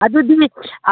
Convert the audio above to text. ꯑꯗꯨꯗꯤ